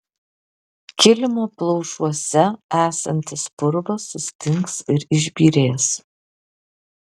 kilimo plaušuose esantis purvas sustings ir išbyrės